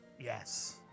Yes